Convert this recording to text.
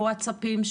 בווטסאפים,